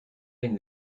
une